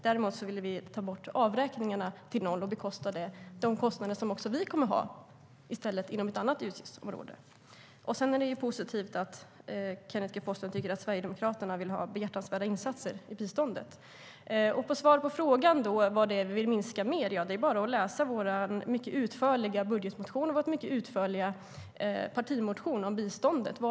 Däremot vill vi ta bort avräkningarna och bekosta de kostnader som också vi kommer att ha inom ett annat utgiftsområde i stället. Sedan är det positivt att Kenneth G Forslund tycker att Sverigedemokraterna vill ha behjärtansvärda insatser i biståndet. För att få svar på vad mer vi vill minska på kan man läsa vår mycket utförliga budgetmotion och vår mycket utförliga partimotion om biståndet.